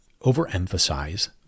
overemphasize